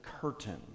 curtain